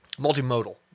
Multimodal